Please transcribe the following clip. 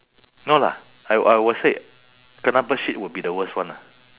no lah I w~ I will say kena bird shit will be the worst one ah